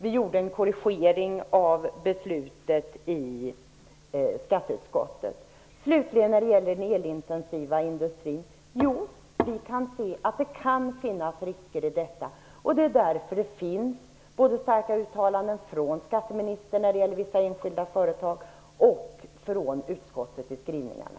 Vi gjorde en korrigering av beslutet i skatteutskottet. Slutligen när det gäller den elintensiva industrin vill jag säga att det kan finnas risker i detta. Det är därför det finns starka uttalande från skatteministern när det gäller vissa enskilda företag och från utskottet i skrivningarna.